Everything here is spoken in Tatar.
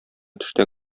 төштә